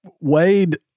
Wade